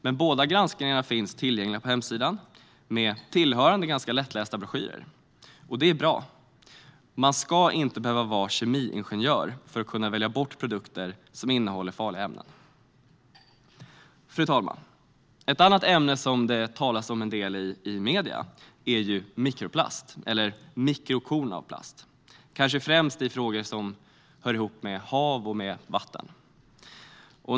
Men båda granskningarna finns tillgängliga på hemsidan med tillhörande ganska lättlästa broschyrer, och det är bra. Man ska inte behöva vara kemiingenjör för att kunna välja bort produkter som innehåller farliga ämnen. Fru talman! Ett annat ämne som det talas en del om i medierna är mikroplast eller mikrokorn av plast, kanske främst i frågor som rör hav och vatten.